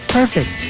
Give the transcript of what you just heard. perfect